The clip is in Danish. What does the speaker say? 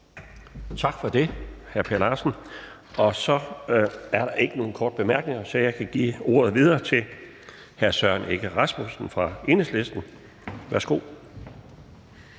Tak for det, hr. Per Larsen. Der er ikke nogen korte bemærkninger, så jeg kan give ordet videre til hr. Søren Egge Rasmussen fra Enhedslisten. Værsgo.